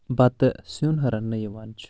بتہٕ سِیُن رننہٕ یِوان چھُ